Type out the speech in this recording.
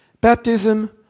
baptism